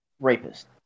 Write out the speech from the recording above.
rapist